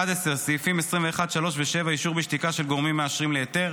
(11) סעיף 21(3) ו-(7) אישור בשתיקה של גורמים מאשרים להיתר,